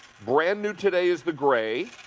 brand-new today is the gray.